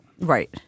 Right